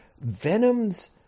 Venom's